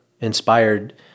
inspired